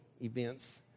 events